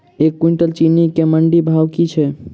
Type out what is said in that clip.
एक कुनटल चीनी केँ मंडी भाउ की छै?